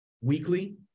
weekly